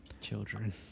children